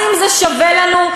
האם זה שווה לנו?